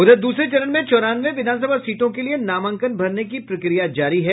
उधर दूसरे चरण में चौरानवे विधानसभा सीटों के लिए नामांकन भरने की प्रक्रिया जारी है